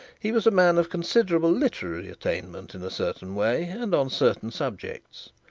he was a man of considerable literary attainment in a certain way and on certain subjects.